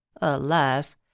Alas